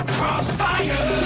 Crossfire